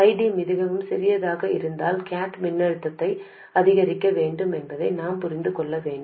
ID மிகவும் சிறியதாக இருந்தால் கேட் மின்னழுத்தத்தை அதிகரிக்க வேண்டும் என்பதை நாம் புரிந்துகொள்கிறோம்